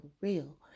real